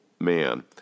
man